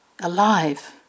alive